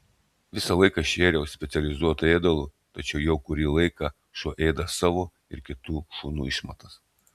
visą laiką šėriau specializuotu ėdalu tačiau jau kurį laiką šuo ėda savo ir kitų šunų išmatas